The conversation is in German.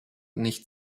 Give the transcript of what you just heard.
nicht